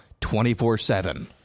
24-7